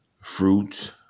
fruits